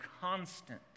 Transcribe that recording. constant